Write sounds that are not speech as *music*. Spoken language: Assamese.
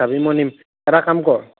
*unintelligible* মই নিম এটা কাম কৰ